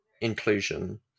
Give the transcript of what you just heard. inclusion